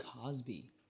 Cosby